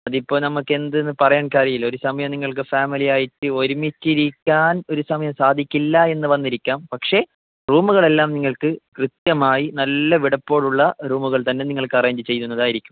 അത് ഇപ്പോൾ നമുക്ക് എന്തെന്ന് പറയാൻ കഴിയില്ല ഒരു സമയം നിങ്ങൾക്ക് ഫാമിലിയായിട്ട് ഒരുമിച്ച് ഇരിക്കാൻ ഒരു സമയം സാധിക്കില്ല എന്ന് വന്നിരിക്കാം പക്ഷെ റൂമുകളെല്ലാം നിങ്ങൾക്ക് കൃത്യമായി നല്ല വെടിപ്പോടെയുള്ള റൂമുകൾ തന്നെ നിങ്ങൾക്ക് അറേഞ്ച് ചെയ്യുന്നതായിരിക്കും